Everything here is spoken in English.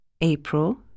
April